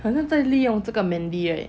好像在利用这个 mandy eh